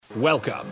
Welcome